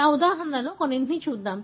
ఆ ఉదాహరణలలో కొన్నింటిని చూద్దాం